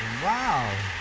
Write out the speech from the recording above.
wow.